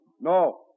No